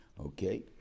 Okay